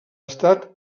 estat